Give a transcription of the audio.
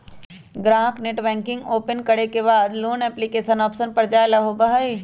ग्राहक net banking open करे के बाद लोन एप्लीकेशन ऑप्शन पर जाय ला होबा हई